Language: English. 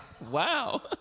Wow